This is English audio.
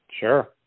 Sure